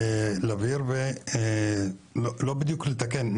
לא בדיוק לתקן,